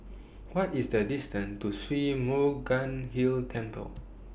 What IS The distance to Sri Murugan Hill Temple